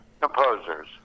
composers